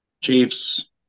Chiefs